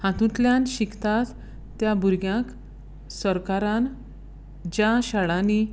हातूंतल्यान शिकता त्या भुरग्यांक सरकारान ज्या शाळांनी